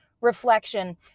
reflection